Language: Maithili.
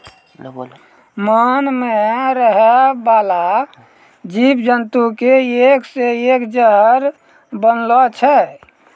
मान मे रहै बाला जिव जन्तु के एक से एक जहर बनलो छै